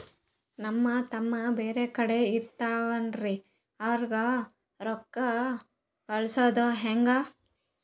ನಮ್ ತಮ್ಮ ಬ್ಯಾರೆ ಕಡೆ ಇರತಾವೇನ್ರಿ ಅವಂಗ ರೋಕ್ಕ ಕಳಸದ ಹೆಂಗ?